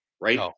right